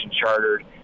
chartered